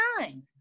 time